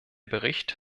bericht